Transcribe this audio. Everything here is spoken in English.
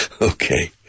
Okay